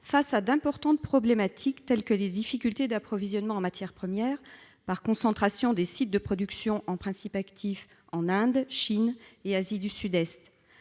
à d'importantes problématiques, telles que les difficultés d'approvisionnement en matières premières par concentration des sites de production en principes actifs en Inde, Chine et Asie du Sud-Est.